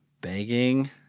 Begging